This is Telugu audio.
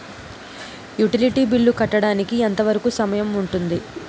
యుటిలిటీ బిల్లు కట్టడానికి ఎంత వరుకు సమయం ఉంటుంది?